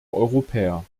europäer